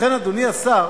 לכן, אדוני השר,